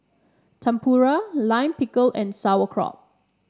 Tempura Lime Pickle and Sauerkraut